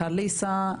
מחליסה,